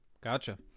Gotcha